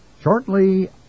Shortly